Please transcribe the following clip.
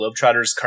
Globetrotters